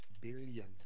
billion